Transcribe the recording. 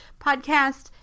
podcast